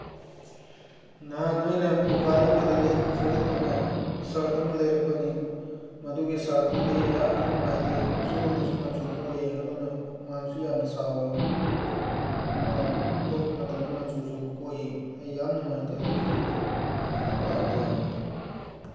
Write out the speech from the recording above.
ꯅꯍꯥꯟ ꯑꯩꯅ ꯗꯨꯀꯥꯜ ꯑꯃꯗꯒꯤ ꯐꯨꯔꯤꯠ ꯑꯃ ꯁꯥꯔꯠ ꯑꯃ ꯂꯩꯔꯛꯄꯅꯤ ꯃꯗꯨꯒꯤ ꯁꯥꯔꯠꯇꯨꯗꯤ ꯌꯥꯝꯅ ꯅꯨꯡꯉꯥꯏꯇꯦ ꯁꯨꯕꯗꯁꯨ ꯃꯆꯨ ꯀꯣꯛꯏ ꯑꯗꯨꯅ ꯍꯨꯃꯥꯡꯁꯨ ꯌꯥꯝꯅ ꯁꯧꯋꯤ ꯍꯨꯃꯥꯡ ꯊꯣꯛꯄ ꯃꯇꯝꯗ ꯃꯆꯨꯁꯨ ꯀꯣꯛꯏ ꯑꯩ ꯌꯥꯝ ꯅꯨꯡꯉꯥꯏꯇꯦ ꯑꯗꯨꯒꯤ ꯐꯨꯔꯤꯠꯇꯨ ꯑꯩ ꯄꯥꯝꯗꯦ ꯌꯥꯝꯅ